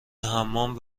حمام